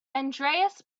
andreas